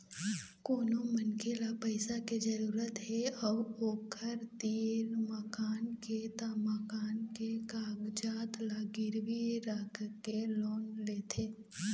कोनो मनखे ल पइसा के जरूरत हे अउ ओखर तीर मकान के त मकान के कागजात ल गिरवी राखके लोन लेथे